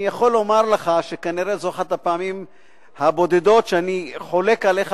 אני יכול לומר לך שכנראה זו אחת הפעמים הבודדות שאני חולק עליך,